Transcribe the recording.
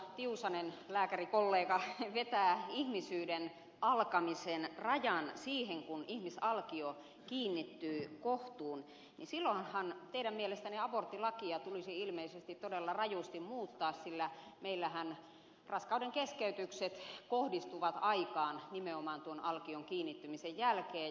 tiusanen lääkärikollega vetää ihmisyyden alkamisen rajan siihen kun ihmisalkio kiinnittyy kohtuun niin silloinhan teidän mielestänne aborttilakia tulisi ilmeisesti todella rajusti muuttaa sillä meillähän raskaudenkeskeytykset kohdistuvat nimenomaan aikaan tuon alkion kiinnittymisen jälkeen